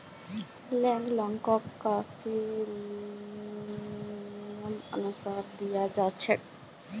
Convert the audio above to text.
land लोनकको लोगक नियमानुसार दियाल जा छेक